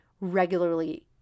regularly